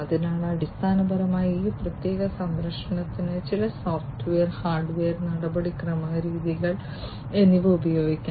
അതിനാൽ അടിസ്ഥാനപരമായി ഈ പ്രത്യേക സംരക്ഷണത്തിനായി ചില സോഫ്റ്റ്വെയർ ഹാർഡ്വെയർ നടപടിക്രമ രീതികൾ എന്നിവ ഉപയോഗിക്കാം